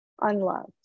unloved